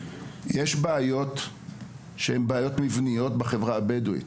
יש בעיות שהן בעיות מבניות בחברה הבדואית